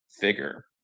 figure